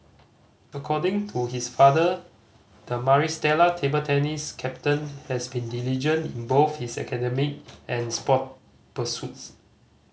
according to his father the Maris Stella table tennis captain has been diligent in both his academic and sport pursuits